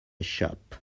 shop